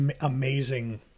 amazing